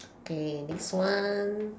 okay next one